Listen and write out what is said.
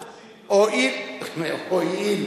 במקרה הזה אולי משמר הגבול או כוחות ביטחון